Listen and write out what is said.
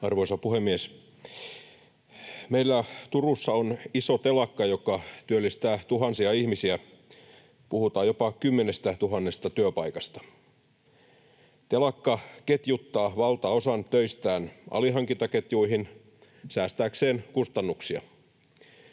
Arvoisa puhemies! Meillä Turussa on iso telakka, joka työllistää tuhansia ihmisiä, puhutaan jopa 10 000 työpaikasta. Telakka ketjuttaa valtaosan töistään alihankintaketjuihin säästääkseen kustannuksia.